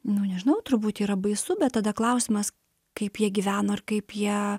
nu nežinau turbūt yra baisu bet tada klausimas kaip jie gyveno ir kaip jie